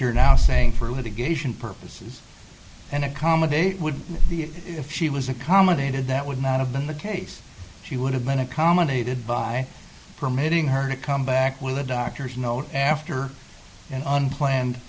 you're now saying for the purposes and accommodate would be if she was accommodated that would not have been the case she would have been accommodated by permitting her to come back with a doctor's note after an unplanned